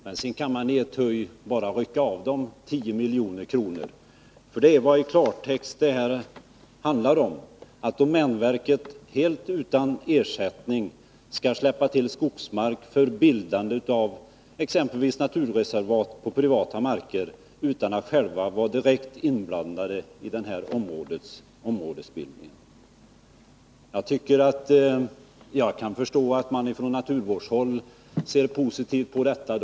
Men sedan kan man i ett huj bara rycka av verket 10 milj.kr. — det är i klartext vad det handlar om. Domänverket skall helt utan ersättning släppa till skogsmark för bildande av exempelvis naturreservat på 55 privata marker utan att självt vara direkt inblandat i den här områdesbildningen. Jag kan förstå att man från naturvårdshåll ser positivt på förslaget.